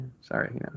Sorry